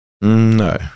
No